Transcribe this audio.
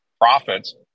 profits